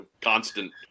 constant